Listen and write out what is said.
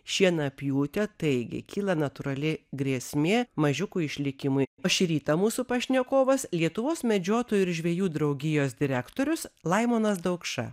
šienapjūtė taigi kyla natūrali grėsmė mažiukų išlikimui o šį rytą mūsų pašnekovas lietuvos medžiotojų ir žvejų draugijos direktorius laimonas daukša